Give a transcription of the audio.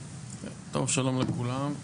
טוב, שלום לכולם.